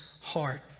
heart